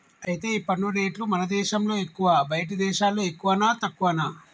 అయితే ఈ పన్ను రేట్లు మన దేశంలో ఎక్కువా బయటి దేశాల్లో ఎక్కువనా తక్కువనా